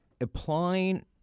applying